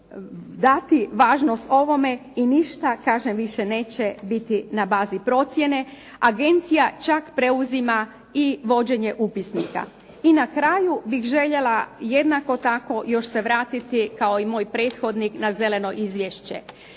dati važnost ovome i ništa kažem više neće biti na bazi procjene. Agencija čak preuzima i vođenje upisnika. I na kraju bih željela jednako tako još se vratiti, kao i moj prethodnik na zeleno izvješće.